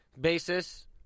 basis